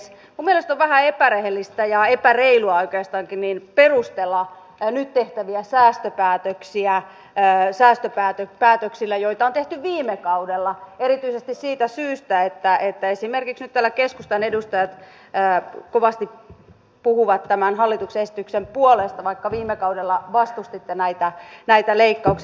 minun mielestäni on vähän epärehellistä ja oikeastaan epäreilua perustella nyt tehtäviä säästöpäätöksiä säästöpäätöksillä joita on tehty viime kaudella erityisesti siitä syystä että esimerkiksi nyt täällä keskustan edustajat kovasti puhuvat tämän hallituksen esityksen puolesta vaikka viime kaudella vastustitte näitä leikkauksia